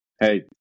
hey